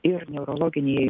ir neurologiniai